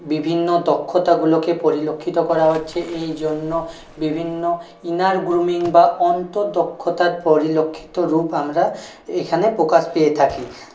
বিভিন্ন দক্ষতাগুলোকে পরিলক্ষিত করা হচ্ছে এই জন্য বিভিন্ন ইনার গ্রুমিং বা অন্তর দক্ষতার পরিলক্ষিত রূপ আমরা এখানে প্রকাশ পেয়ে থাকি